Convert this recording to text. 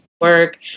work